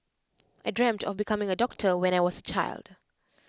I dreamt of becoming A doctor when I was A child